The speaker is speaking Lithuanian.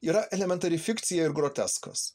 yra elementari fikcija ir groteskas